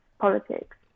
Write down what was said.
politics